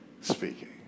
speaking